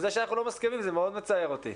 וזה שאנחנו לא מסכימים זה מאוד מצער אותי.